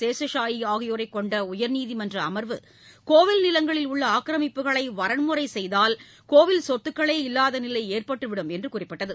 சேஷ்சாயி ஆகியோரைக் கொண்ட உயர்நீதிமன்ற அமர்வு கோயில் நிவங்களில் உள்ள ஆக்கிரமிப்புகளை வரன்முறை செய்தால் கோயில் சொத்துக்களே இல்லாத நிலை ஏற்பட்டுவிடும் என்று குறிப்பிட்டது